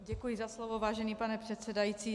Děkuji za slovo, vážený pane předsedající.